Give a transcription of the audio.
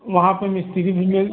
वहाँ पर मिस्त्री भी मिल